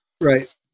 Right